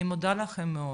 אני מודה לכם מאוד.